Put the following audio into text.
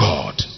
God